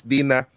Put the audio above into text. Dina